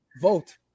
vote